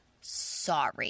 sorry